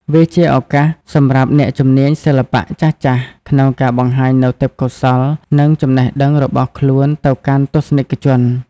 វាជាឱកាសសម្រាប់អ្នកជំនាញសិល្បៈចាស់ៗ ក្នុងការបង្ហាញនូវទេពកោសល្យ និងចំណេះដឹងរបស់ខ្លួនទៅកាន់ទស្សនិកជន។